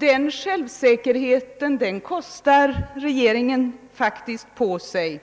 Den självsäkerheten kostar regeringen faktiskt på sig